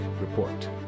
Report